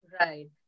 Right